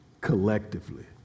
collectively